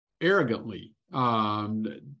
arrogantly